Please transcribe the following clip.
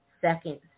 second